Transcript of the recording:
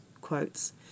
quotes